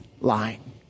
lying